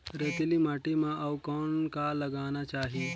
रेतीली माटी म अउ कौन का लगाना चाही?